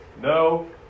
No